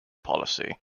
policy